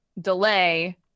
delay